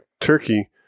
turkey